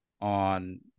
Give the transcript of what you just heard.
on